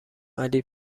علی